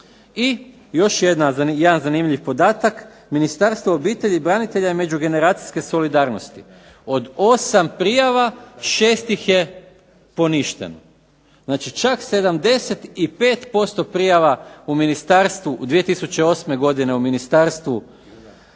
I još jedan zanimljiv podatak, Ministarstvo obitelji, branitelja i međugeneracijske solidarnosti od 8 prijava 6 ih je poništeno. Znači, čak 75% prijava 2008. godine u Ministarstvu